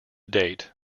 date